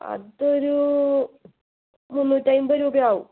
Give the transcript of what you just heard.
അത് ഒരൂ മുന്നൂറ്റി അമ്പത് രൂപയാവും